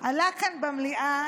עלה כאן במליאה